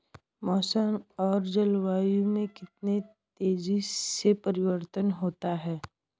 मौसम और जलवायु में कितनी तेजी से परिवर्तन होता है?